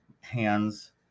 hands